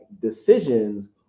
decisions